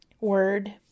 word